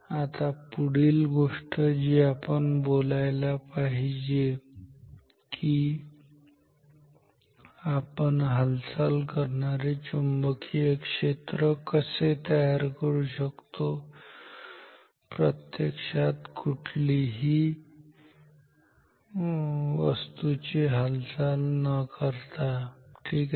आता पुढील गोष्ट जी आपण बोलायला पाहिजे की आपण हालचाल करणारे चुंबकीय क्षेत्र कसे तयार करू शकतो प्रत्यक्षात कुठलीही वस्तू वस्तूची हालचाल न करता ठीक आहे